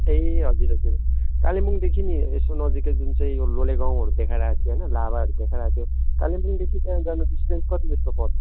ए हजुर हजुर कालिम्पोङदेखि नि यसो नजिकै यो जुन चाहिँ यो लोलेगाउँहरू देखाइरहेको थियो होइन लाभाहरू देखाइरहेको थियो कालिम्पोङदेखि त्यहाँ जानु डिस्टेन्स कति जस्तो पर्छ